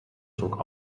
zog